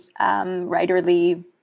writerly